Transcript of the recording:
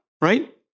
right